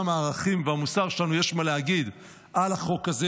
הערכים והמוסר שלנו יש מה להגיד על החוק הזה,